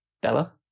Bella